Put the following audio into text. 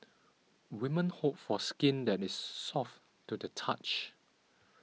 women hope for skin that is soft to the touch